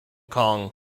kong